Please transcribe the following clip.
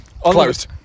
closed